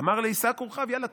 "אמר ליה סק ורכב" יאללה,